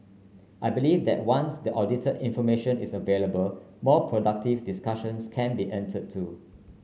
I believe that once the audited information is available more productive discussions can be entered to